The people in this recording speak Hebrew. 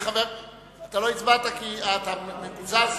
אתה לא הצבעת כי אתה מקוזז?